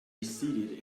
receded